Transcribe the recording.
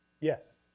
Yes